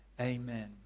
Amen